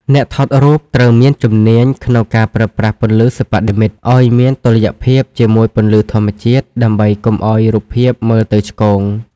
អ្នកថតរូបត្រូវមានជំនាញក្នុងការប្រើប្រាស់ពន្លឺសិប្បនិម្មិត ឱ្យមានតុល្យភាពជាមួយពន្លឺធម្មជាតិ ដើម្បីកុំឱ្យរូបភាពមើលទៅឆ្គង។